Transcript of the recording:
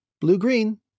Blue-green